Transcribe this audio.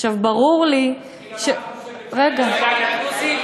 עכשיו, ברור לי, רגע, מה את חושבת?